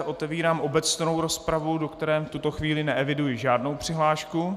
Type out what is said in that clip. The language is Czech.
Otvírám obecnou rozpravu, do které v tuto chvíli neeviduji žádnou přihlášku.